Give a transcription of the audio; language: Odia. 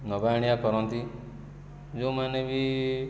ନେବା ଆଣିବା କରନ୍ତି ଯେଉଁମାନେ ବି